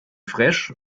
fraiche